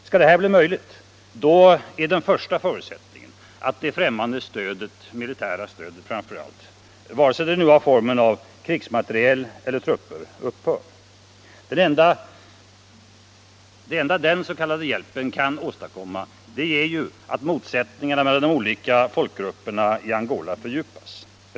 Skall detta bli möjligt är den första förutsättningen att det ffrämmande militära stödet, vare sig det har formen av krigsmaterial eller trupper, upphör. Det enda den s.k. hjälpen kan åstadkomma är att motsättningarna mellan de olika folkgrupperna i Angola fördjupas.